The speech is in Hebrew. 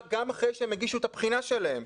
גם אחרי שהם הגישו את הבחינה שלהם?